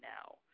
now